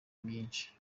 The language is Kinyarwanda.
nyinshi